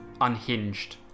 unhinged